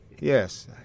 Yes